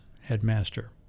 headmaster